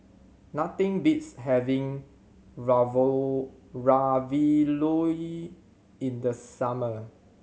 nothing beats having Ravioli in the summer